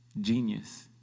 genius